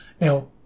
Now